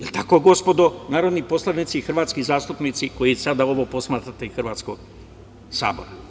El tako, gospodino, narodni poslanici, hrvatski zastupnici koji sada ovo posmatrate iz Hrvatskog sabora.